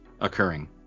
occurring